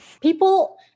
people